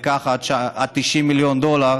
וככה עד 90 מיליון דולר,